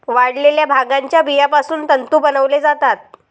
वाळलेल्या भांगाच्या बियापासून तंतू बनवले जातात